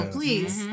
Please